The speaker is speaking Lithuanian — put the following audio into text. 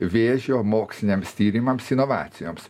vėžio moksliniams tyrimams inovacijoms